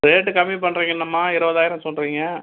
rate கம்மி பண்ணுறிங்கன்னமா இருபதாயிரம் சொல்கிறிங்க